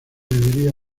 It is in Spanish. viviría